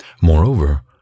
Moreover